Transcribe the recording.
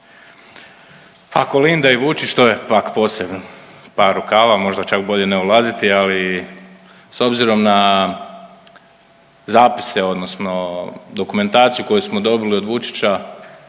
A Kolinda i Vučić to je pak posebno par rukava, možda čak bolje ne ulaziti, ali s obzirom na zapise odnosno dokumentaciju koju smo dobili od Vučića